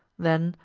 then,